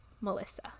Melissa